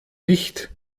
nicht